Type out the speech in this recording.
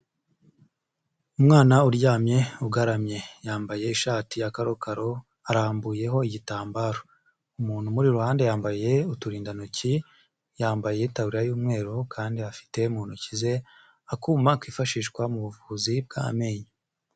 Umwana uryamye ugaramye, yambaye ishati ya karokaro arambuyeho igitambaro, umuntu umuri iruhande yambaye uturindantoki, yambaye yitaburiya y'umweru kandi afite mu ntoki ze, akuma kifashishwa mu buvuzi bw'amenyo.